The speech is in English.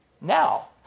Now